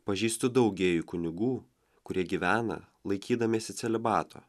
pažįstu daug gėjų kunigų kurie gyvena laikydamiesi celibato